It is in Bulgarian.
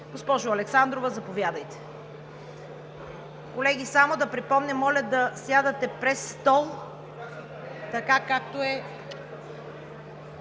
госпожо Александрова, заповядайте. Колеги, само да припомня, моля да сядате през стол, така както е